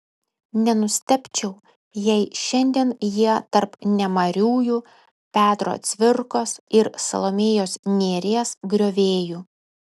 nenustebčiau jei šiandien jie tarp nemariųjų petro cvirkos ir salomėjos nėries griovėjų